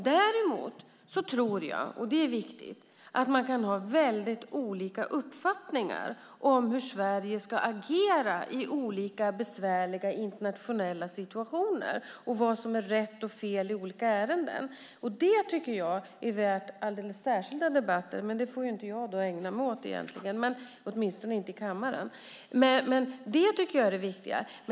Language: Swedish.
Däremot tror jag att man kan ha olika uppfattningar om hur Sverige ska agera i besvärliga internationella situationer och vad som är rätt och fel i olika ärenden. Det är viktigt och värt alldeles särskilda debatter, men det får jag inte ägna mig åt - åtminstone inte i kammaren.